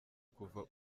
kuva